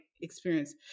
experience